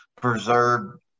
preserved